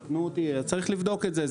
צריך לבדוק את זה,